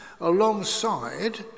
alongside